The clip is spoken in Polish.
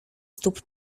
stóp